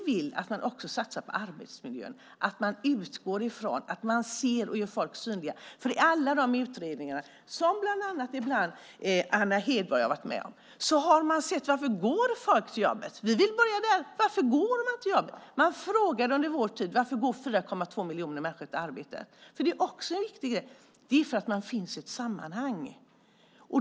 Vi vill att man också satsar på arbetsmiljön och att man ser folk och gör folk synliga. I alla utredningar, bland annat i de utredningar där Anna Hedborg har varit med i, har man tittat på varför folk går till jobbet. Vi vill börja där. Varför går man till jobbet? Man frågade under vår tid varför 4,2 miljoner människor går till arbetet? Det är också viktigt. Svaret är att det är för att man finns i ett sammanhang.